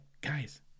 guys